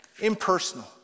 impersonal